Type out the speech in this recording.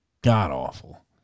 god-awful